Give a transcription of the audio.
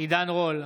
עידן רול,